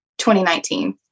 2019